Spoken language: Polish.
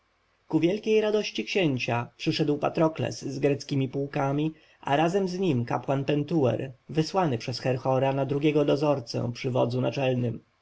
ku wielkiej radości księcia przyszedł patrokles z greckiemi pułkami a razem z nim kapłan pentuer wysłany przez herhora na drugiego dozorcę przy wodzu naczelnym